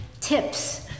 tips